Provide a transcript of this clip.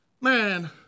Man